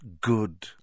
good